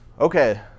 Okay